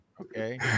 okay